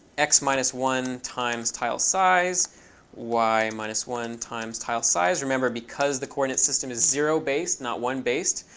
x minus one times tile size y minus one times tile size. remember because the coordinate system is zero based, not one based,